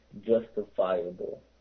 justifiable